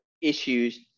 issues